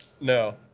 no